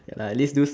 okay lah at least do